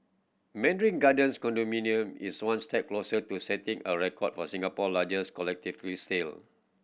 Mandarin Gardens condominium is one step closer to setting a record for Singapore largest collectively sale